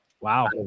Wow